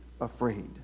afraid